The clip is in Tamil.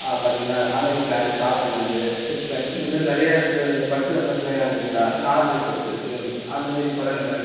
ஆ பார்த்திங்கனா ஆட்னரி கிளாத்து காட்டன்லருந்து இந்த மாரி நிறையா சில பட்டு செய்கிறாங்க பார்த்தீங்களா நார்மல் பட்டு அந்தமாரி கூட நம்ம